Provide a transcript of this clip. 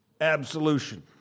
absolution